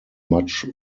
much